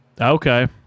Okay